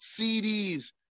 CDs